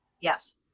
Yes